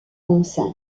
enceinte